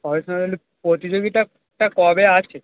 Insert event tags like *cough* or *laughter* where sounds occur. *unintelligible* প্রতিযোগিতাটা কবে আছে